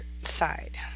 side